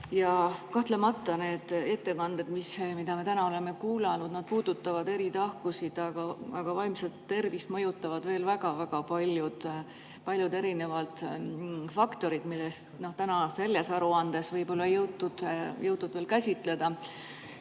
Kahtlemata need ettekanded, mida me täna oleme kuulanud, puudutavad eri tahkusid, aga vaimset tervist mõjutavad veel väga-väga paljud erinevad faktorid, mida täna sellest aruandest [rääkides] ei jõutud käsitleda. Minu